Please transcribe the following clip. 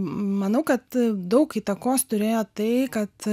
manau kad daug įtakos turėjo tai kad